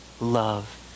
love